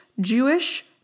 Jewish